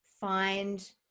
find